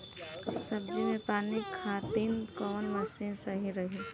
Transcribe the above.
सब्जी में पानी खातिन कवन मशीन सही रही?